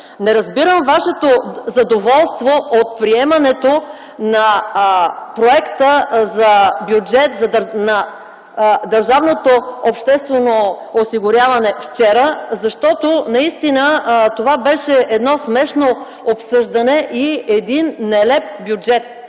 Не разбирам Вашето задоволство от приемането на проекта за бюджет на държавното обществено осигуряване вчера, защото това беше смешно обсъждане и нелеп бюджет,